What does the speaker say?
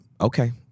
okay